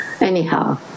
Anyhow